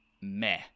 meh